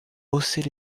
haussait